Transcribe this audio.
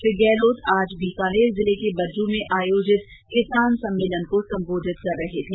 श्री गहलोत आज बीकानेर जिले के बज्जू में आयोजित किसान सम्मेलन को संबोधित कर रहे थे